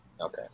Okay